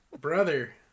brother